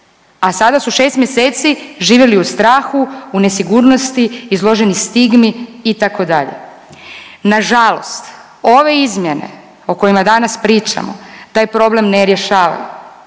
a sada su šest mjeseci živjeli u strahu, u nesigurnosti, izloženi stigmi itd.. Nažalost, ove izmjene o kojima danas pričamo taj problem ne rješavaju.